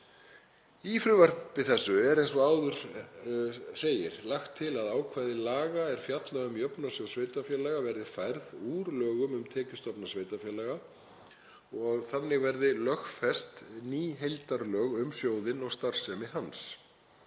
í frumvarpi þessu. Hér er eins og áður segir lagt til að ákvæði laga er fjalla um Jöfnunarsjóð sveitarfélaga verði færð úr lögum um tekjustofna sveitarfélaga og að lögfest verði ný heildarlög um sjóðinn og starfsemi hans.